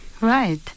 right